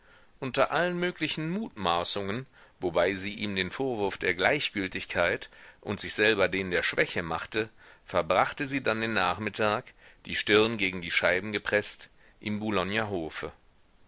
unter allen möglichen mutmaßungen wobei sie ihm den vorwurf der gleichgültigkeit und sich selber den der schwäche machte verbrachte sie dann den nachmittag die stirn gegen die scheiben gepreßt im boulogner hofe